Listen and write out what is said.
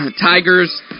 tigers